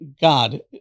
God